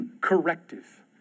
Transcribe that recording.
corrective